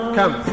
come